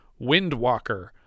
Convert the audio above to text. windwalker